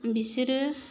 बिसोरो